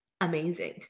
amazing